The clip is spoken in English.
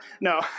No